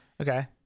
Okay